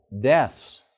deaths